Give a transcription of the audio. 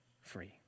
Free